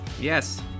Yes